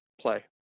play